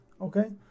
Okay